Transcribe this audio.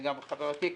גם חברתי כאן,